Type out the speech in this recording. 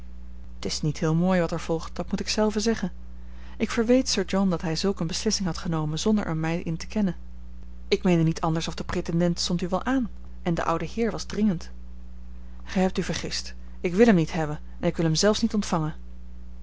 t is niet heel mooi wat er volgt dat moet ik zelve zeggen ik verweet sir john dat hij zulk eene beslissing had genomen zonder er mij in te kennen ik meende niets anders of de pretendent stond u wel aan en de oude heer was dringend gij hebt u vergist ik wil hem niet hebben en ik wil hem zelfs niet ontvangen